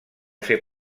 ser